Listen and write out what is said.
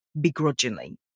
begrudgingly